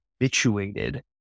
habituated